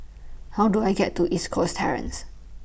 How Do I get to East Coast Terrace